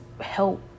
help